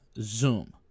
zoom